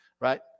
right